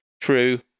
true